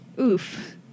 Oof